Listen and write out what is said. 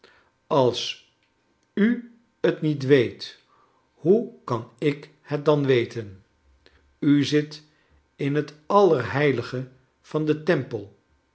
als u t niet weet hoe kan ik het dan we ten u zit in het allerheilige van den tempel